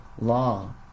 law